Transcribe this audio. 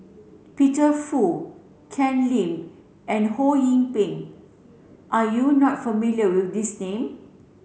Peter Fu Ken Lim and Ho Yee Ping are you not familiar with these name